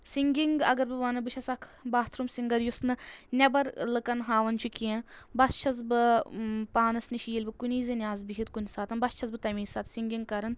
singing اگر بہٕ وَنہٕ بہٕ چھیٚس اَکھ بَاتھروٗم سِنٛگَر یۄس نہٕ نیٚبَر لوٗکَن ہاوان چھِ کیٚنٛہہ بَس چھیٚس بہٕ پانَس نِش ییٚلہِ بہٕ کُنی زٔنۍ آسہٕ بِہتھ کُنہِ ساتہٕ بَس چھیٚس بہٕ تَمے ساتہٕ سِنٛگِنٛگ کَران